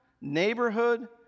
neighborhood